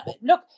look